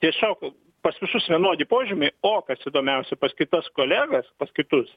tiesiog pas visus vienodi požymiai o kas įdomiausia pas kitas kolegas pas kitus